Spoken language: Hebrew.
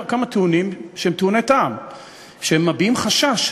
מתקיים: הפסקת הכיבוש,